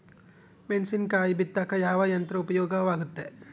ಮೆಣಸಿನಕಾಯಿ ಬಿತ್ತಾಕ ಯಾವ ಯಂತ್ರ ಉಪಯೋಗವಾಗುತ್ತೆ?